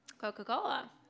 Coca-Cola